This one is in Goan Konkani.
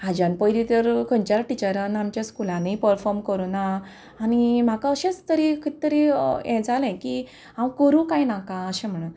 हाज्यान पयलीं तर खंयच्याच टिचरान आमच्या स्कुलानूय परफॉर्म करूं ना आनी म्हाका अशेंच तरी कितें तरी हें जालें की हांव करूं कांय नाका अशें म्हणून